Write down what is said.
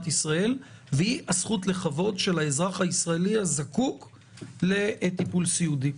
ישראל והיא הזכות לכבוד של האזרח הישראלי הזקוק לטיפול סיעודי.